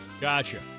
Gotcha